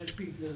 מאיר שפיגלר,